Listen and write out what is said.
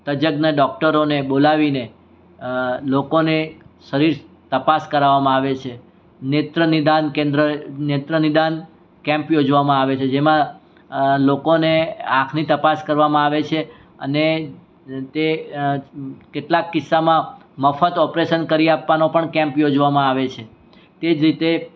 તજજ્ઞ ડોકટરોને બોલાવીને લોકોને શરીર તપાસ કરાવવામાં આવે છે નેત્ર નિદાન કેન્દ્ર નેત્ર નિદાન કેમ્પ યોજવામાં આવે છે જેમાં લોકોને આંખની તપાસ કરવામાં આવે છે અને તે કેટલાક કિસ્સામાં મફત ઓપરેસન કરી આપવાનો પણ કેમ્પ યોજવામાં આવે છે તે જ રીતે